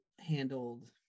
handled